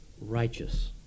righteous